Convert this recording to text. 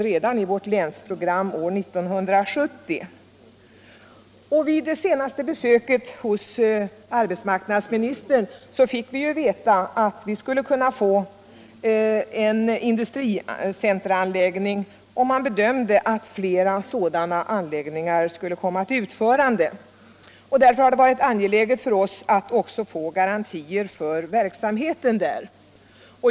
redan i vårt länsprogram år 1970. Vid det senaste besöket hos arbetsmarknadsministern fick vi veta att vi skulle kunna få en industricenteranläggning, och det bedömdes vara möjligt att flera liknande anläggningar skulle komma att byggas. Därför har det varit angeläget för oss att få garantier för verksamheten där.